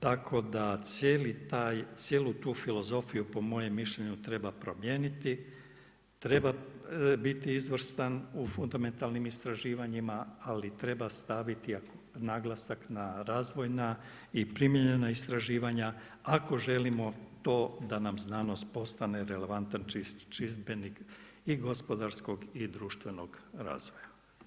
Tako da cijeli taj, cijelu tu filozofiju po mojem mišljenju treba promijeniti, treba biti izvrstan u fundamentalnim istraživanjima, ali treba staviti naglasak na razvojna i primijenjena istraživanja ako želimo to da nam znanost postane relevantan čimbenik i gospodarskog i društvenog razvoja.